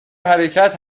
حرکت